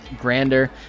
grander